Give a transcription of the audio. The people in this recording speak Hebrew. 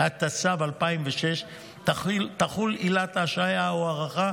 התשס"ו 2006, תחול עילת ההשעיה או ההארכה,